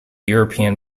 european